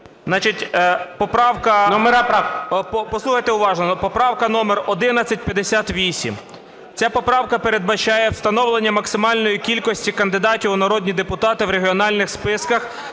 правок? 14:36:54 КРУЛЬКО І.І. Послухайте уважно. Поправка номер 1158. Ця поправка передбачає встановлення максимальної кількості кандидатів у народні депутати в регіональних списках